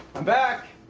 i'm back.